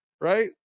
right